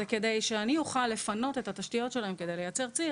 זה כדי שאני אוכל לפנות את התשתיות שלהם כי כדי לייצר ציר,